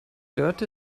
dörte